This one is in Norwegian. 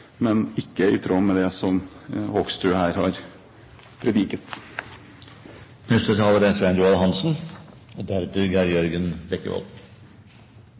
men ikke i tråd med det som Hoksrud her har prediket. Det er